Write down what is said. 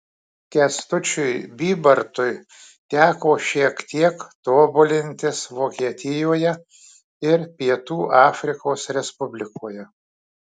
kęstučiui bybartui teko šiek tiek tobulintis vokietijoje ir pietų afrikos respublikoje